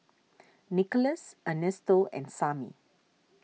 Nickolas Ernesto and Sammy